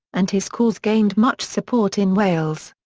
and his cause gained much support in wales.